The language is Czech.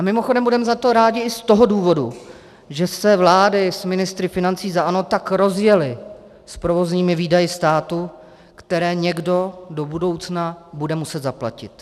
Mimochodem budeme za to rádi i z toho důvodu, že se vlády s ministry financí za ANO tak rozjely s provozními výdaji státu, které někdo do budoucna bude muset zaplatit.